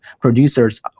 producers